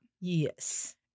Yes